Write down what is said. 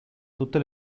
tutte